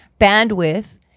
bandwidth